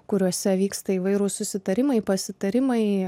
kuriuose vyksta įvairūs susitarimai pasitarimai